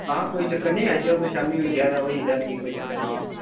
हां कोई चक्कर निं आई जाएओ तुस शाम्मी होई होई दा ठीक कोई चक्कर निं ऐ